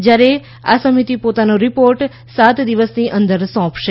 જ્યારે આ સમિતિ પોતાનો રિપોર્ટ સાત દિવસની અંદર સોંપશે